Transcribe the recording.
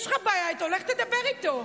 יש לך בעיה איתו, לך תדבר איתו.